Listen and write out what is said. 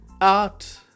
art